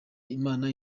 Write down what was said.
imana